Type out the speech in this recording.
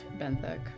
Benthic